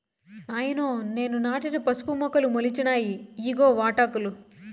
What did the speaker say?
నాయనో నేను నాటిన పసుపు మొక్కలు మొలిచినాయి ఇయ్యిగో వాటాకులు